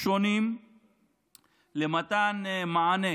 שונים למתן מענה